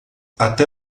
até